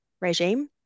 regime